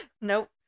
Nope